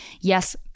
Yes